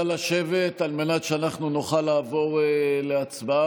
נא לשבת על מנת שאנחנו נוכל לעבור להצבעה.